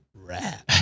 rat